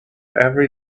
every